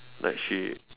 like she